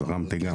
אז הרמתי גם.